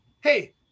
hey